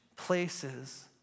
places